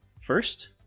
first